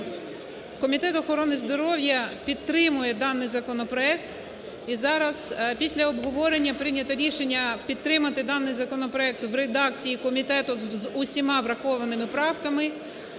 Комітет охорони здоров'я підтримує даний законопроект. І зараз, після обговорення прийнято рішення підтримати даний законопроект в редакції комітету з усіма врахованими правками.